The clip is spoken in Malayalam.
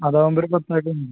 അതാവുമ്പോൾ ഒരു പത്ത് ആൾക്കും